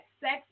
sex